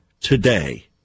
today